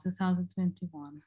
2021